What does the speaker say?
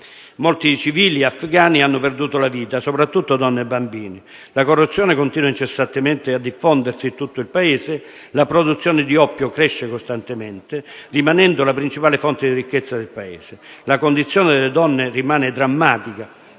Molti civili afgani hanno perduto la vita, soprattutto donne e bambini, la corruzione continua incessantemente a diffondersi in tutto il Paese, la produzione di oppio cresce costantemente, rimanendo la principale fonte di ricchezza del Paese, la condizione delle donne rimane drammatica,